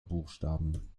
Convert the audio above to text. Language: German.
buchstaben